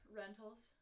rentals